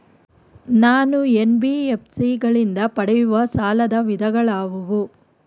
ನಾನು ಎನ್.ಬಿ.ಎಫ್.ಸಿ ಗಳಿಂದ ಪಡೆಯುವ ಸಾಲದ ವಿಧಗಳಾವುವು?